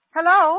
Hello